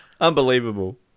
Unbelievable